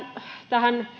tähän